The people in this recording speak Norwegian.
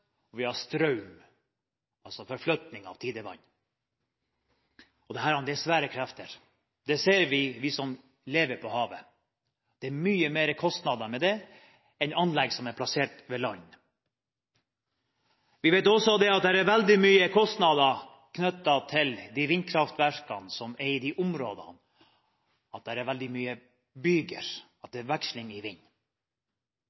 og vi har strøm, altså forflytning av tidevann. Dette er svære krefter. Det ser vi som lever på havet. Det er mye mer kostnader ved det enn ved anlegg som er plassert på land. Vi vet også at det er veldig mye kostnader knyttet til de vindkraftverkene som er i de områdene der det er veldig mye byger, der det er veksling i vind. Det er en kjent sak at fiskerne er bekymret for de